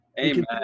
amen